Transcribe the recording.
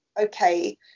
okay